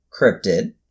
cryptid